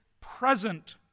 present